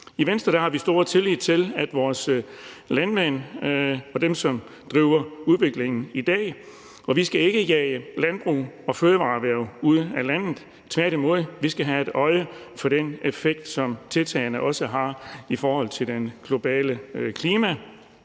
I Venstre har vi stor tillid til vores landmænd og dem, som driver udviklingen i dag, og vi skal ikke jage landbrug og fødevareerhverv ud af landet, tværtimod. Vi skal have et øje på den effekt, som tiltagene også har i forhold til det globale klima,